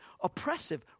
oppressive